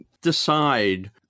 decide